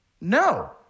No